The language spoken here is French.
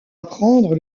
apprendre